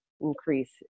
increase